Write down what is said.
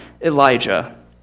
Elijah